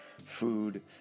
food